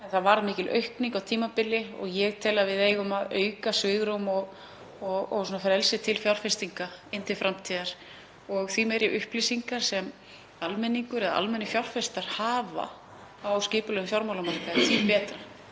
það varð mikil aukning á tímabili. Ég tel að við eigum að auka svigrúm og frelsi til fjárfestinga inn til framtíðar. Því meiri upplýsingar sem almenningur eða almennir fjárfestar hafa á skipulögðum fjármálamarkaði, því betra.